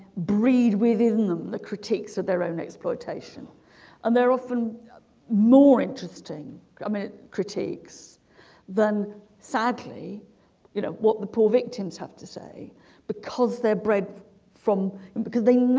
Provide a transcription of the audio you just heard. breed within them the critiques of their own exploitation and they're often more interesting i mean critiques then sadly you know what the poor victims have to say because they're bred from and because they